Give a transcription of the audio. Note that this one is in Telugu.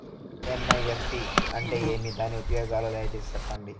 ఎన్.ఇ.ఎఫ్.టి అంటే ఏమి? దాని ఉపయోగాలు దయసేసి సెప్పండి?